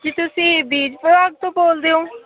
ਕੀ ਤੁਸੀਂ ਬੀਜਪੁਰਾਗ ਤੋਂ ਬੋਲਦੇ ਹੋ